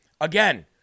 Again